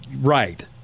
Right